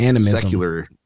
secular